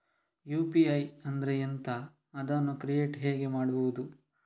UPI ಅಂದ್ರೆ ಎಂಥ? ಅದನ್ನು ಕ್ರಿಯೇಟ್ ಹೇಗೆ ಮಾಡುವುದು?